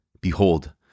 behold